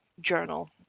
journal